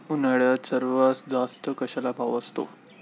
उन्हाळ्यात सर्वात जास्त कशाला भाव असतो?